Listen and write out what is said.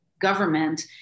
government